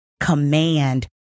command